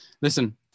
listen